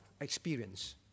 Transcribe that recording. experience